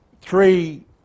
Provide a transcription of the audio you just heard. three